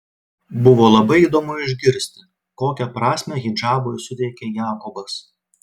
buvo labai įdomu išgirsti kokią prasmę hidžabui suteikia jakobas